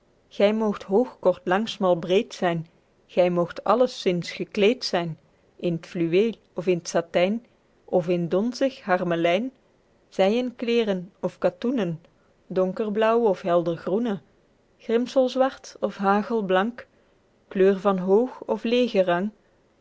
gy moogt hoog kort lang smal breed zyn gy moogt alles zins gekleed zyn in t fluweel of in t satyn of in t donzig harmelyn zyden kleêren of katoenen donkerblauwe of heldergroene grimselzwart of hagelblank kleur van hoog of